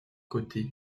côté